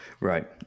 Right